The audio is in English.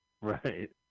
Right